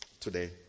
today